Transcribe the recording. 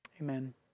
Amen